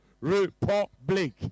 Republic